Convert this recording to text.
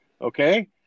Okay